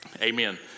Amen